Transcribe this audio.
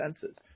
senses